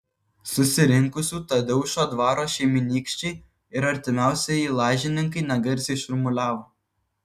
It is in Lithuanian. susirinkusių tadeušo dvaro šeimynykščiai ir artimiausieji lažininkai negarsiai šurmuliavo